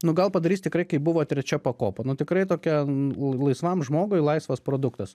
nu gal padarys tikrai kaip buvo trečia pakopa nu tikrai tokia laisvam žmogui laisvas produktas